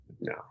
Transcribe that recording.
no